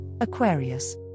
Aquarius